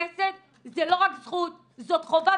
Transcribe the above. זו לא רק זכות, זאת חובה.